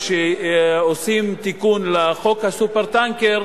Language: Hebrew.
ושעושים תיקון לחוק ה"סופר-טנקר"